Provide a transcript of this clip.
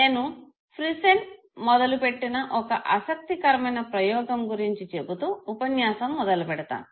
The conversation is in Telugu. నేను ఫ్రిసెన్ మొదలు పెట్టిన ఒక ఆసక్తికరమైన ప్రయోగం గురించి చెబుతూ ఉపన్యాసం మొదలు పెడతాను